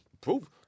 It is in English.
Proof